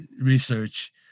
research